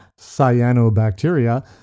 cyanobacteria